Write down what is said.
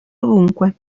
ovunque